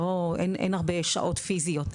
אין הרבה שעות פיסיות,